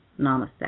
Namaste